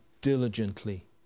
diligently